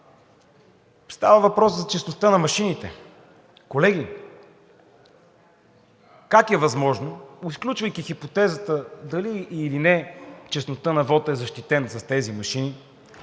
Става въпрос за честността на машините. Колеги, как е възможно, изключвайки хипотезата дали или не честността на вота е защитена с тези машини,